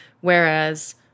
Whereas